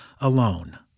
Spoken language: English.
alone